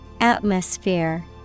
Atmosphere